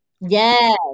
Yes